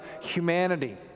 humanity